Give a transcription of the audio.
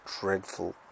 dreadful